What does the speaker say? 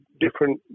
different